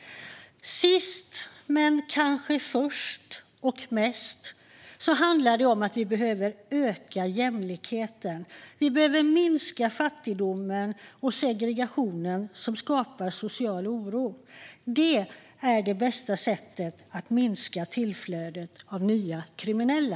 Sist men kanske främst och mest behöver vi öka jämlikheten och minska fattigdomen och segregationen, som skapar social oro. Det är det bästa sättet att minska tillflödet av nya kriminella.